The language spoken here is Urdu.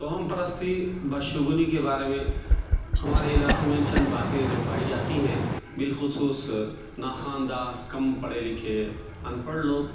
قوم پرستی بد شگونی کے بارے میں ہمارے علاقے میں چند باتیں جو پائی جاتی ہیں بالخصوص ناخواندہ کم پڑھے لکھے ان پڑھ لوگ